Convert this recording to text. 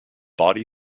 body